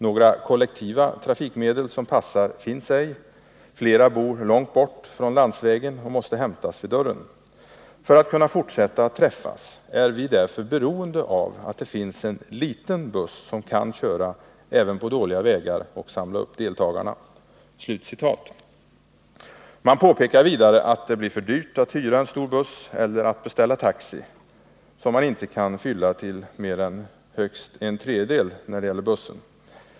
Några kollektiva trafikmedel som passar finns ej, flera bor långt bort från landsvägen och måste hämtas vid dörren. För att kunna fortsätta att träffas är vi därför beroende av att det finns en liten buss som kan köra, även på dåliga vägar, och samla upp deltagarna.” Man påpekar vidare att det blir för dyrt att hyra en stor buss, som man inte kan fylla till mer än en tredjedel, eller beställa taxi.